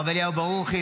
הרב אליהו ברוכי,